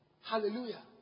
Hallelujah